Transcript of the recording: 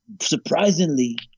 surprisingly